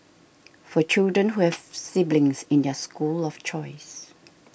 for children who have siblings in their school of choice